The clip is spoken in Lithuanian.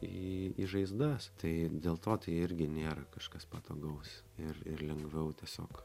į į žaizdas tai dėl to tai irgi nėra kažkas patogaus ir ir lengviau tiesiog